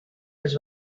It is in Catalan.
els